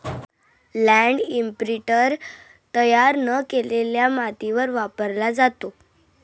land imprinter तयार न केलेल्या मातीवर वापरला जातो